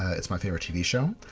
it's my favourite tv show.